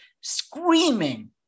screaming